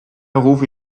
rufe